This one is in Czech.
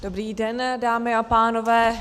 Dobrý den, dámy a pánové.